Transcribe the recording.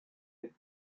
non